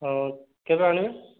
ହଁ କେବେ ଆଣିବେ